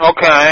Okay